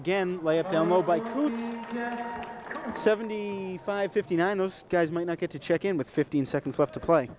by seventy five fifty nine those guys might not get to check in with fifteen seconds left to play